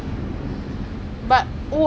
chalet open already right